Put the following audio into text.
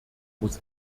muss